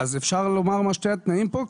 אז אפשר לומר מה שני התנאים פה?